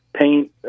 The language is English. paint